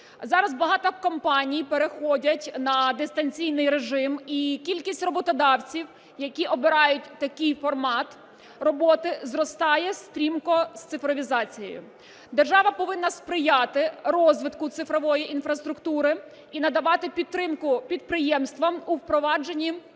Зараз багато компаній переходять на дистанційний режим і кількість роботодавців, які обирають такий формат роботи, зростає стрімко з цифровізацією. Держава повинна сприяти розвитку цифрової інфраструктури і надавати підтримку підприємствам у впровадженні нових